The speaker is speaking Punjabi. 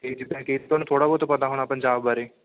ਕਿ ਜਿੱਦਾਂ ਕਿ ਤੁਹਾਨੂੰ ਥੋੜ੍ਹਾ ਬਹੁਤ ਪਤਾ ਹੋਣਾ ਪੰਜਾਬ ਬਾਰੇ